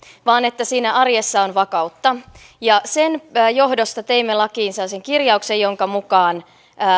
vaan että siinä arjessa on vakautta sen johdosta teimme lakiin sellaisen kirjauksen jonka mukaan